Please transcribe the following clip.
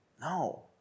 No